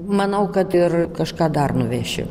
manau kad ir kažką dar nuvešim